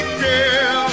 girl